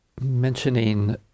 mentioning